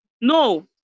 No